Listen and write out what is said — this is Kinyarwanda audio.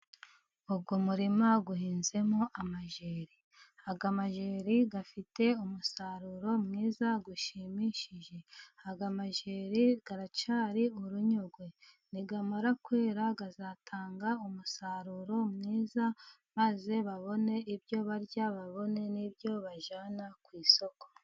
Uyu murima uhinzemo amajeri. Aya majeri afite umusaruro mwiza ushimishije. Aya majeri aracyari urunyogwe. Namara kwera azatanga umusaruro mwiza maze babone ibyo barya, babone n'ibyo bajyana ku isoko.